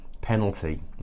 penalty